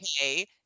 okay